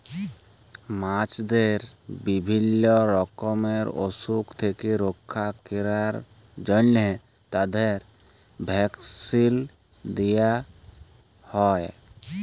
মাছদের বিভিল্য রকমের অসুখ থেক্যে রক্ষা ক্যরার জন্হে তাদের ভ্যাকসিল দেয়া হ্যয়ে